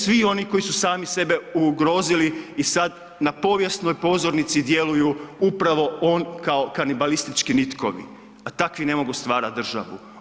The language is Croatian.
Svi oni koji su sami sebe ugrozili i sad na povijesnoj pozornici djeluju upravo kao kanibalistički nitko, a takvi ne mogu stvarati državu.